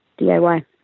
DIY